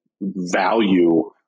value